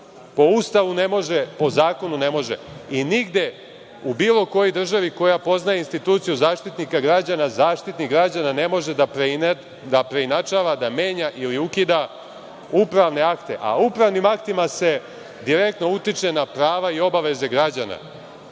po Ustavu ne može, po zakonu ne može. Nigde u bilo kojoj državi koja poznaje instituciju Zaštitnika građana, ni Zaštitnik građana ne može da preinačava, da menja ili ukida upravne akte, a upravnim aktima se direktno utiče na prava i obaveze građana.